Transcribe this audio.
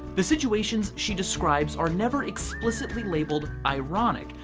the situations she describes are never explicitly labeled ironic.